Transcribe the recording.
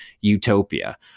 utopia